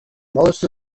most